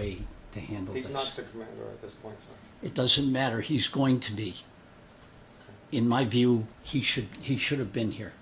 this it doesn't matter he's going to be in my view he should he should have been here